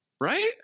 right